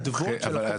שיחזור אליהם.